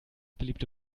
beliebte